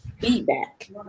feedback